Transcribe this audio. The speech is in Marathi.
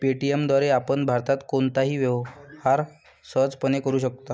पे.टी.एम द्वारे आपण भारतात कोणताही व्यवहार सहजपणे करू शकता